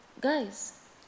guys